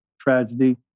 tragedy